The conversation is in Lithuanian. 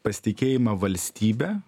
pasitikėjimą valstybe